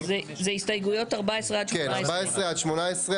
4 ההסתייגויות לא התקבלו.